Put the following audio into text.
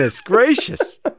gracious